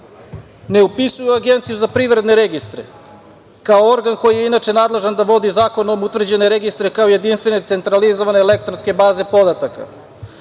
ne upisuju u Agenciju za privredne registre, kao organ koji je inače nadležan da vodi zakonom utvrđene registre kao jedinstvene centralizovane elektronske baze podataka. Cilj